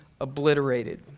obliterated